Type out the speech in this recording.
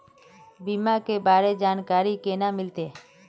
बीमा के बारे में जानकारी केना मिलते?